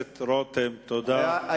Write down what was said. רותם, תודה.